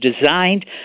designed